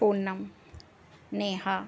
Poonam Neha